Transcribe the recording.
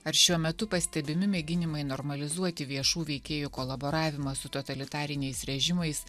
ar šiuo metu pastebimi mėginimai normalizuoti viešų veikėjų kolaboravimą su totalitariniais režimais